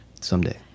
Someday